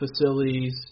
facilities